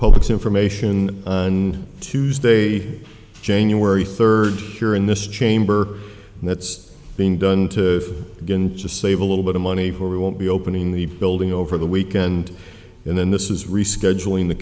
public information on tuesday january third here in this chamber and that's being done to begin to save a little bit of money where we won't be opening the building over the weekend and then this is rescheduling the